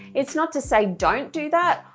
it's not to say don't do that,